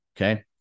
Okay